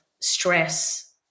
stress